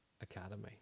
Academy